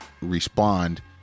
respond